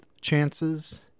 Chances